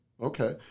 okay